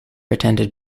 attended